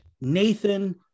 Nathan